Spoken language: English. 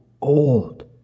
old